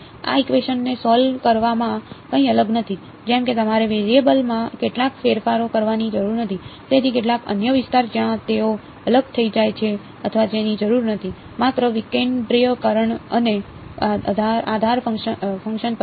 આ ઇકવેશન ને સોલ્વ કરવામાં કંઈ અલગ નથી જેમ કે તમારે વેરિયેબલમાં કેટલાક ફેરફારો કરવાની જરૂર નથી તેથી કેટલાક અન્ય વિસ્તાર જ્યાં તેઓ અલગ થઈ જાય છે અથવા જેની જરૂર નથી માત્ર વિકેન્દ્રિયકરણ અને આધાર ફંક્શન પસંદ